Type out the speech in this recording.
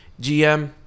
gm